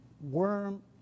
worm